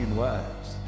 wives